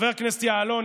חבר הכנסת יעלון,